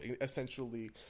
essentially